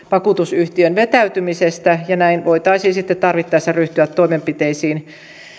vakuutusyhtiön vetäytymisestä ja näin voitaisiin sitten tarvittaessa ryhtyä toimenpiteisiin